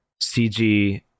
cg